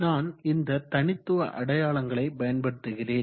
நான் இந்த தனித்துவ அடையாளங்களை பயன்படுத்துகிறேன்